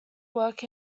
work